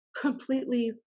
completely